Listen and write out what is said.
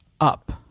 Up